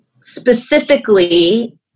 specifically